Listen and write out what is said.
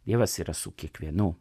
dievas yra su kiekvienu